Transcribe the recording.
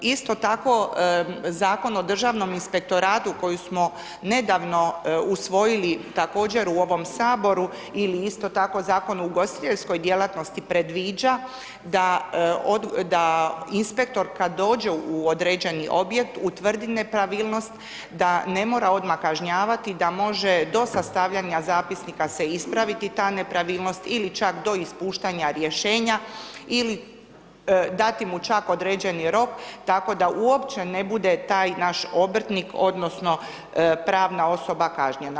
Isto tako, Zakon o državnom inspektoratu koji smo nedavno usvojili također u ovom Saboru ili isto tako, Zakon o ugostiteljskoj djelatnosti predviđa da inspektor kad dođe u određeni objekt utvrdi nepravilnost, da ne mora odmah kažnjavati, da mora do sastavljanja zapisnika se ispraviti ta nepravilnost ili čak do ispuštanja rješenja ili dati mu čak određeni rok, tako da uopće ne bude taj naš obrtnik odnosno pravna osoba kažnjena.